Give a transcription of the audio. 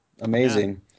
amazing